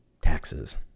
Taxes